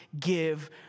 give